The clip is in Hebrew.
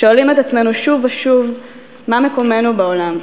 שואלים את עצמנו שוב ושוב מה מקומנו בעולם.